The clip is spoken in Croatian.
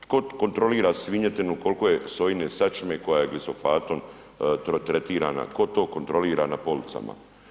Tko kontrolira svinjetinu koliko je sojine sačme koja je glisofatom tretira, tko to kontrolira na policama?